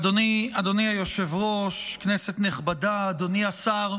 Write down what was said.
אדוני היושב-ראש, כנסת נכבדה, אדוני השר,